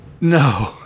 No